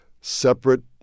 separate